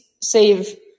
save